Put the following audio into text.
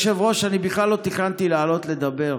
כבוד היושב-ראש, אני בכלל לא תכננתי לעלות לדבר,